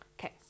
okay